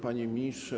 Panie Ministrze!